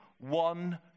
one